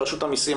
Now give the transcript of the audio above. ברשות המיסים,